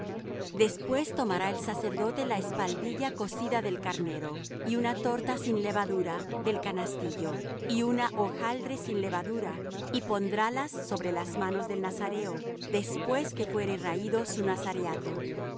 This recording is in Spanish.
después tomará el sacerdote la espaldilla cocida del carnero y una torta sin levadura del canastillo y una hojaldre sin levadura y pondrálas sobre las manos del nazareo después que fuere raído su nazareato